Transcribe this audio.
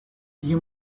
you